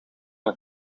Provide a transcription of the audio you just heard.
het